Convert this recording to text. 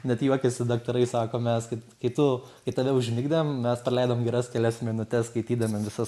net juokėsi daktarai sako mes kaip kai tu kai tave užmigdėm mes praleidom geras kelias minutes skaitydami visas